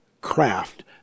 craft